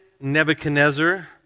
Nebuchadnezzar